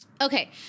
Okay